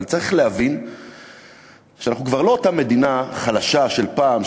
אבל צריך להבין שאנחנו כבר לא אותה מדינה חלשה של פעם,